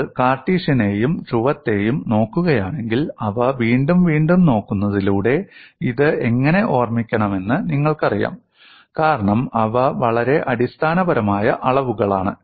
നിങ്ങൾ കാർട്ടീഷ്യനെയും ധ്രുവത്തെയും നോക്കുകയാണെങ്കിൽ അവ വീണ്ടും വീണ്ടും നോക്കുന്നതിലൂടെ ഇത് എങ്ങനെ ഓർമിക്കണമെന്ന് നിങ്ങൾക്കറിയാം കാരണം അവ വളരെ അടിസ്ഥാനപരമായ അളവുകളാണ്